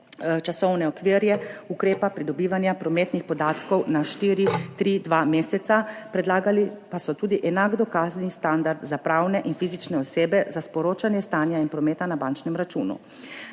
časovne okvire ukrepa pridobivanja prometnih podatkov na štiri-tri-dva meseca. Predlagali pa so tudi enak dokazni standard za pravne in fizične osebe za sporočanje stanja in prometa na bančnem računu.